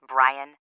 Brian